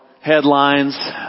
headlines